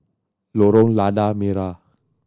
Lorong Lada Merah